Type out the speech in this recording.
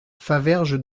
faverges